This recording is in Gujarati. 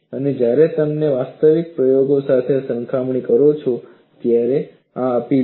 અને જ્યારે તમે તેની વાસ્તવિક પ્રયોગો સાથે સરખામણી કરો ત્યારે આ અપીલ કરે છે